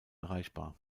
erreichbar